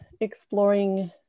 exploring